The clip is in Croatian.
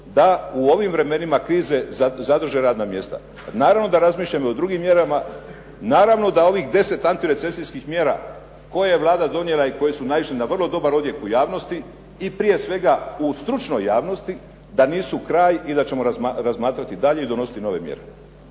da u ovim vremenima krize zadrže radna mjesta. Naravno da razmišljamo i o drugim mjerama, naravno da ovih 10 antirecesijskih mjera koje je Vlada donijela i koje su naišle na vrlo dobar odjek u javnosti i prije svega u stručnoj javnosti, da nisu kraj i da ćemo razmatrati dalje i donositi nove mjere.